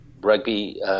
rugby